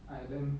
ireland